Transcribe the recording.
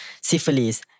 syphilis